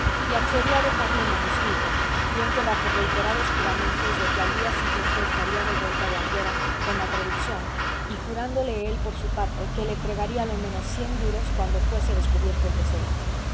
y accedió a dejarle el manuscrito bien que bajo reiterados juramentos de que al día siguiente estaría de vuelta de anghera con la traducción y jurándole él por su parte que le entregaría lo menos cien duros cuando fuese descubierto el tesoro